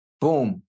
boom